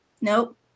Nope